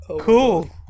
Cool